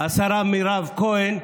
השרה מירב כהן,